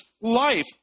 life